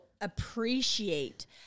appreciate